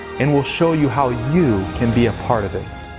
and will show you how you can be a part of it.